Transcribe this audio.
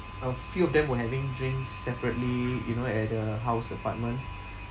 a few of them were having drinks separately you know at the house apartment